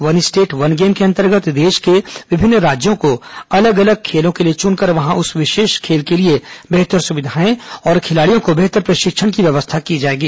one state one game के अंतर्गत देश के विभिन्न राज्यों को अलग अलग खेलों के लिए चुनकर वहां उस विशेष खेल के लिए बेहतर सुविधाएं और खिलाड़ियों को बेहतर प्रशिक्षण की व्यवस्था की जाएगी